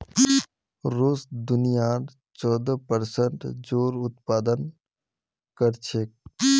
रूस दुनियार चौदह प्परसेंट जौर उत्पादन कर छेक